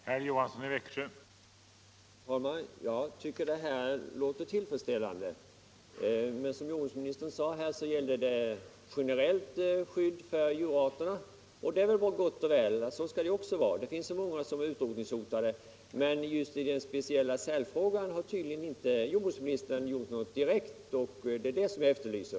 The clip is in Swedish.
Herr talman! Jag tycker detta låter tillfredsställande. Men vad jordbruksministern talade om är ett generellt skydd för olika djurarter som är hotade, och det är väl gott och väl; det finns så många djurarter som är utrotningshotade. Men just när det gäller sälarna har tydligen inte jordbruksministern gjort någonting direkt, och det är det jag efterlyser.